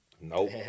Nope